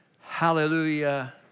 Hallelujah